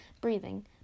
breathing